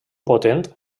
potent